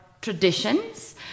traditions